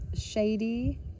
shady